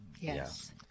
Yes